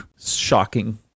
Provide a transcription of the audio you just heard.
Shocking